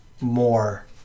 more